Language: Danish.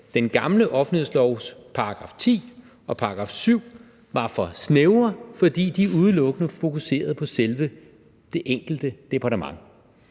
den gamle offentlighedslovs § 10 og § 7 var for snævre, fordi de udelukkende fokuserede på selve det enkelte departement,